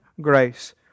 grace